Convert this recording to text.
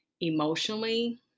emotionally